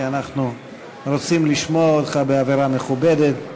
כי אנחנו רוצים לשמוע אותך באווירה מכובדת.